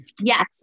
Yes